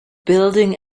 building